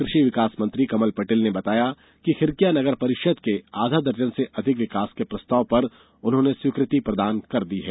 कृषि विकास मंत्री कमल पटेल ने बताया है कि खिरकिया नगर परिषद के आधा दर्जन से अधिक विकास के प्रस्ताव पर उन्होंने स्वीकृति प्रदान कर दी है